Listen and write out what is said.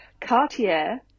Cartier